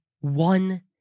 one